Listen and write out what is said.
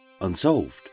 unsolved